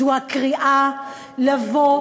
זו הקריאה לבוא,